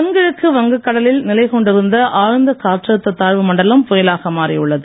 தென்கிழக்கு வங்க கடலில் நிலை கொண்டிருந்த ஆழ்ந்த காற்றழுத்த தாழ்வு மண்டலம் புயலாக மாறியுள்ளது